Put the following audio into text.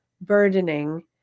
burdening